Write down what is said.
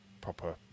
proper